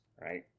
right